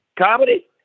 Comedy